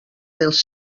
dels